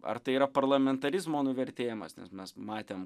ar tai yra parlamentarizmo nuvertėjimas nes mes matėm